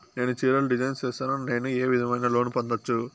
నేను చీరలు డిజైన్ సేస్తాను, నేను ఏ విధమైన లోను పొందొచ్చు